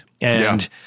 And-